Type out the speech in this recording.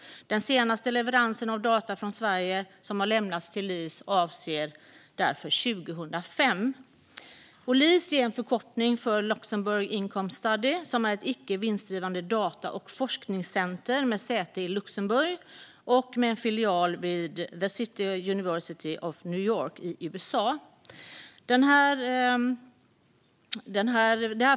Den senaste leveransen av data från Sverige som har lämnats till LIS avser därför 2005. LIS är en förkortning för Luxembourg Income Study, som är ett icke vinstdrivande data och forskningscenter med säte i Luxemburg och med en filial vid The City University of New York i USA.